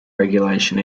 regulation